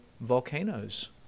volcanoes